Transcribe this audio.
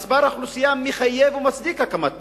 מספר התושבים מחייב ומצדיק הקמת בית-ספר,